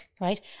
Right